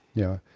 yeah.